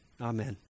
amen